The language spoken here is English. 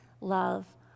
love